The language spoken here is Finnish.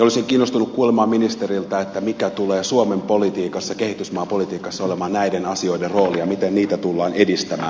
olisin kiinnostunut kuulemaan ministeriltä mikä tulee suomen kehitysmaapolitiikassa olemaan näiden asioiden rooli ja miten niitä tullaan edistämään